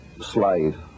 Slave